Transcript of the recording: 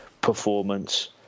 performance